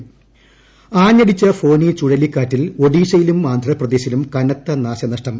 ഫോനി ആഞ്ഞടിച്ച ഫോനി ചുഴലിക്കാറ്റിൽ ഒഡീഷയിലും ആന്ധ്രപ്രദേശിലും കനത്തനാശനഷ്ടം